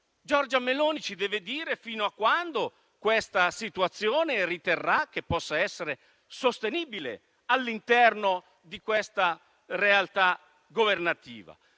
Giorgia Meloni ci deve dire fino a quando riterrà che questa situazione possa essere sostenibile all'interno di questa realtà governativa.